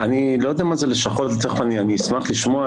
אני לא יודע מה זה לשכות, אני אשמח לשמוע.